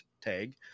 tag